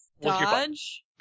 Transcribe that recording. Dodge